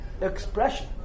expression